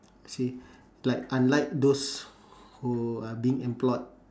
see like unlike those who are being employed